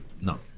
no